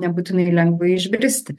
nebūtinai lengva išbristi